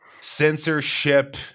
censorship